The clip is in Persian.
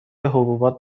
حبوبات